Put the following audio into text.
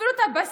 אפילו את הבסיס